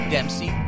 Dempsey